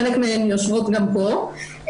חלק מהן יושבות פה,